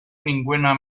ninguna